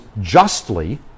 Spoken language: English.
justly